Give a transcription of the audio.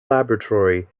laboratory